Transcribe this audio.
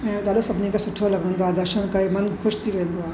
ऐं ॾाढो सभिनी खे सुठो लॻंदो आहे दर्शन करे मन ख़ुशि थी वेंदो आहे